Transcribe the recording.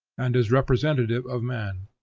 and is representative of man,